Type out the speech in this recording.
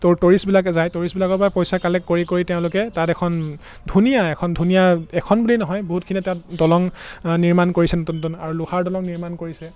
টুৰিষ্টবিলাকে যায় টুৰিষ্টবিলাকৰপৰা পইচা কালেক্ট কৰি কৰি তেওঁলোকে তাত এখন ধুনীয়া এখন ধুনীয়া এখন বুলি নহয় বহুতখিনি তাত দলং নিৰ্মাণ কৰিছে নতুন আৰু লোহাৰ দলং নিৰ্মাণ কৰিছে